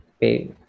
pay